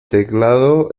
teclado